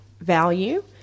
value